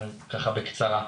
זה ככה בקצרה.